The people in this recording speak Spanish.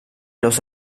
los